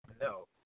No